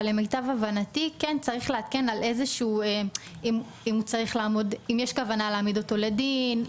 אבל למיטב הבנתי צריך לעדכן אם יש כוונה להעמיד אותו לדין,